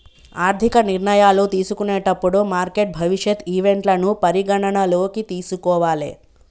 ఆర్థిక నిర్ణయాలు తీసుకునేటప్పుడు మార్కెట్ భవిష్యత్ ఈవెంట్లను పరిగణనలోకి తీసుకోవాలే